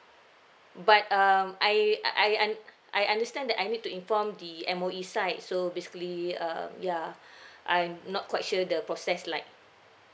but um I I I und~ I understand that I need to inform the M_O_E side so basically um ya I'm not quite sure the process like